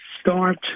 start